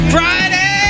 Friday